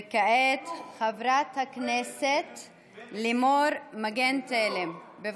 יעקב, אתה מדבר אליו כימני או שמאלי?